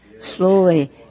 slowly